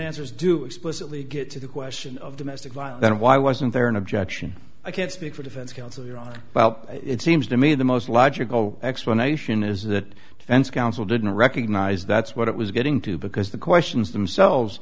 answers do explicitly get to the question of domestic violence and why wasn't there an objection i can't speak for defense counsel your honor well it seems to me the most logical explanation is that defense counsel didn't recognize that's what it was getting to because the questions themselves